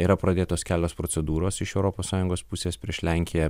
yra pradėtos kelios procedūros iš europos sąjungos pusės prieš lenkiją